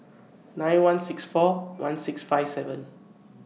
nine one six four one six five seven